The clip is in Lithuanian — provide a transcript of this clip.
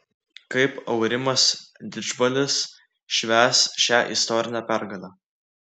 kaip aurimas didžbalis švęs šią istorinę pergalę